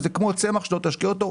זה כמו צמח שלא תשקה אותו,